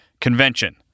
convention